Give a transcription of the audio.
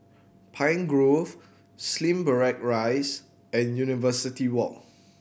Pine Grove Slim Barrack Rise and University Walk